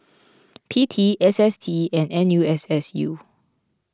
P T S S T and N U S S U